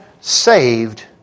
saved